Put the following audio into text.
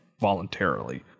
voluntarily